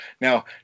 now